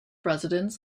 residents